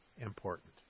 important